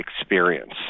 experience